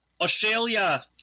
Australia